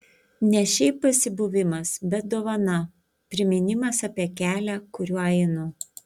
ne šiaip pasibuvimas bet dovana priminimas apie kelią kuriuo einu